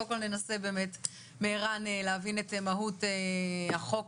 קודם כל ננסה מערן להבין את מהות החוק.